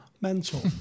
mental